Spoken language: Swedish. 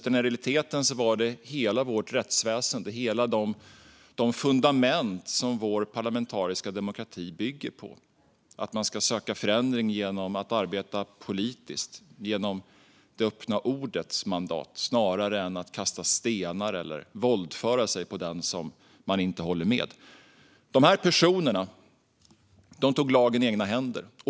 I realiteten var det hela vårt rättsväsen, de fundament som vår parlamentariska demokrati bygger på - att man ska söka förändring genom att arbeta politiskt, genom det fria ordets mandat snarare än genom att kasta stenar eller våldföra sig på den som man inte håller med. De här personerna tog lagen i egna händer.